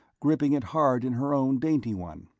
gripping it hard in her own dainty one.